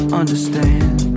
understand